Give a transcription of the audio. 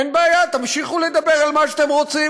אין בעיה, תמשיכו לדבר על מה שאתם רוצים.